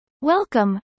Welcome